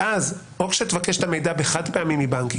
ואז או כשתבקש את המידע חד-פעמי מבנקים,